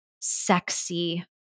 sexy